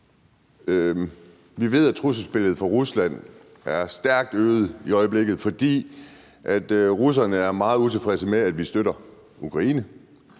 Vi ved, at trusselsbilledet i forhold til Rusland er stærkt øget i øjeblikket, fordi russerne er meget utilfredse med, at vi støtter Ukraine,